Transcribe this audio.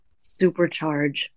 supercharge